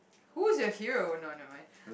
who is your hero nah never mind